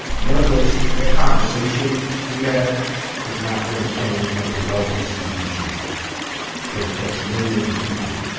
none of those, that conversation we have is not going to change like the wealth distribution that affects millions of people.